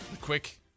Quick